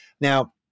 Now